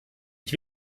ich